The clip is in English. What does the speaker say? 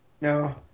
No